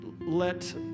let